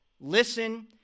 listen